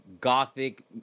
Gothic